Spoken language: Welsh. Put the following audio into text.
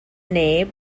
neb